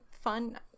fun